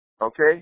okay